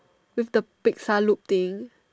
with the pixar look thing